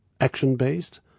action-based